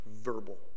verbal